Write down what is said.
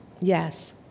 Yes